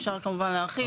אפשר כמובן להרחיב.